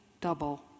double